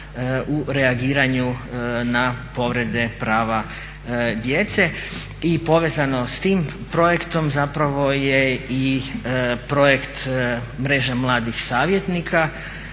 u reagiranju na povrede prava djece i povezanost s tim projektom je i projekt Mreže mladih savjetnika.